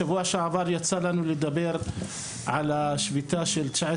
בשבוע שעבר יצא לנו לדבר על השביתה של 19